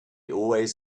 always